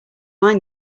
mind